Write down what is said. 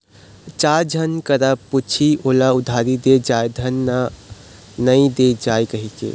चार झन करा पुछही ओला उधारी दे जाय धन नइ दे जाय कहिके